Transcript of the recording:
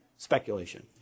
Speculation